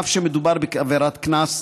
אף שמדובר בעבירת קנס,